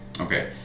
Okay